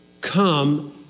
come